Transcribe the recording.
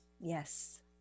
Yes